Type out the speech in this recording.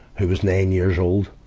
who was nine years old.